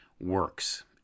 works